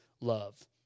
love